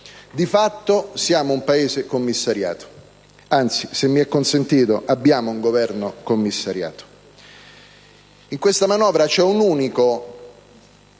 Di fatto siamo un Paese commissariato, anzi - se mi è consentito - abbiamo un Governo commissariato. In questa manovra c'è un unico